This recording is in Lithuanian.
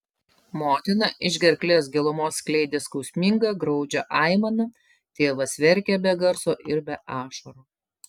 motina iš gerklės gilumos skleidė skausmingą graudžią aimaną tėvas verkė be garso ir be ašarų